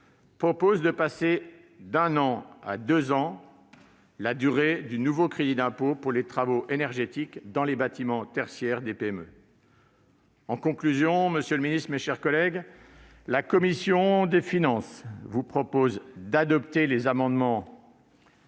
propose de faire passer d'un an à deux ans la durée du nouveau crédit d'impôt pour les travaux énergétiques dans les bâtiments tertiaires des PME. En conclusion, mes chers collègues, la commission des finances vous demande d'adopter les amendements